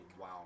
wow